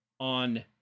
On